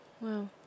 Wow